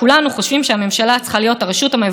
צריך להיות נטול ביקורת אפקטיבית